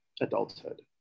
adulthood